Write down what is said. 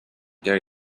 dare